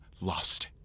lost